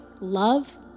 love